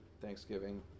Thanksgiving